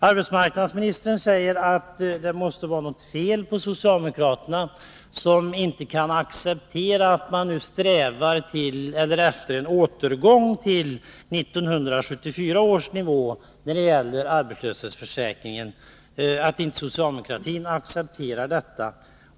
Arbetsmarknadsministern säger att det måste vara något fel på socialdemokraterna, som inte kan acceptera att man nu strävar till en återgång till 1974 års nivå när det gäller arbetslöshetsförsäkringen.